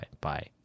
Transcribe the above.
bye